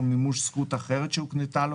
או מימוש זכות אחרת שהוקנתה לו,